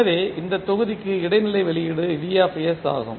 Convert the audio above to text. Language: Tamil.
எனவே இந்த தொகுதிக்கு இடைநிலை வெளியீடு ஆகும்